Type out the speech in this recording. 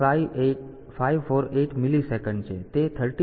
548 millisecond છે તે 13